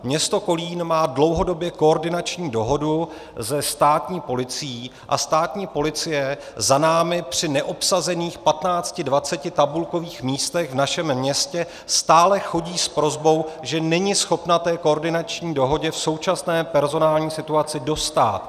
Město Kolín má dlouhodobě koordinační dohodu se státní policií a státní policie za námi při neobsazených 1520 tabulkových místech v našem městě stále chodí s prosbou, že není schopna té koordinační dohodě v současné personální situaci dostát.